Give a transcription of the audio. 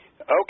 Okay